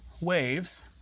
waves